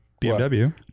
BMW